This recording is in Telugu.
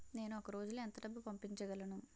నేను ఒక రోజులో ఎంత డబ్బు పంపించగలను?